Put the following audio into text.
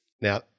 Now